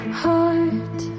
heart